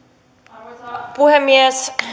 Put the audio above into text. arvoisa puhemies